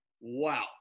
wow